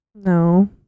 No